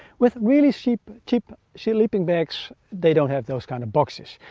with really cheap cheap sleeping bags they don't have those kind of boxes.